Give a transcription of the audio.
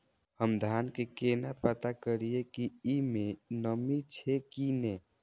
हम धान के केना पता करिए की ई में नमी छे की ने?